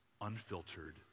unfiltered